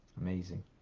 Amazing